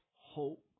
hope